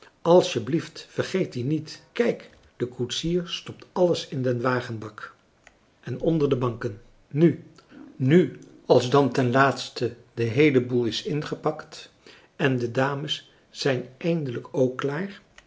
asjeblieft vergeet die niet kijk de koetsier stopt alles in den wagenbak en onder de banken nu als dan ten laatste de heele boel is ingepakt en de dames zijn eindelijk ook klaar